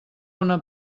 una